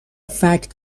فکت